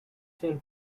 shelf